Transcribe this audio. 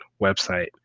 website